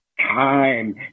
time